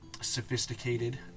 sophisticated